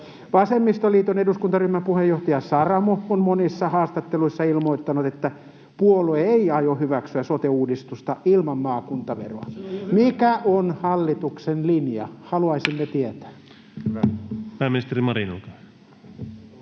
Vasemmistoliiton eduskuntaryhmän puheenjohtaja Saramo on monissa haastatteluissa ilmoittanut, että puolue ei aio hyväksyä sote-uudistusta ilman maakuntaveroa. [Välihuutoja keskeltä] Mikä on hallituksen linja?